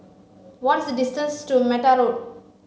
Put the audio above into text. what is the distance to Mata Road